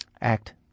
act